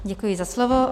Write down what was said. Děkuji za slovo.